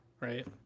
right